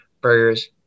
burgers